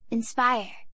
Inspire